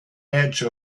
edge